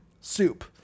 soup